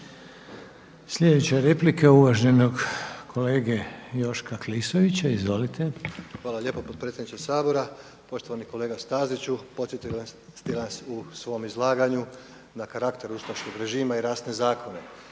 Sjedeća replika je uvaženog kolege Joška Klisovića, izvolite. **Klisović, Joško (SDP)** Hvala lijepo potpredsjedniče Sabora, poštovani kolega Staziću podsjetili ste nas u svom izlaganju na karakter ustaškog režima i rasne zakone